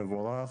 מבורך.